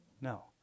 No